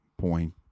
point